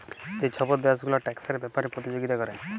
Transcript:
যে ছব দ্যাশ গুলা ট্যাক্সের ব্যাপারে পতিযগিতা ক্যরে